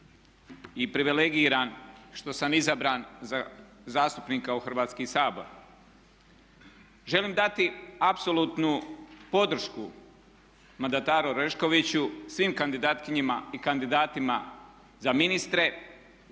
i privilegiran što sam izabran za zastupnika u Hrvatski sabor. Želim reći apsolutnu podršku mandataru Oreškoviću, svim kandidatkinjama i kandidatima za ministre,